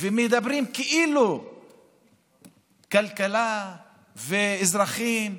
מדברים כאילו כלכלה ואזרחים,